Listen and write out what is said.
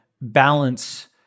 balance